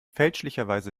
fälschlicherweise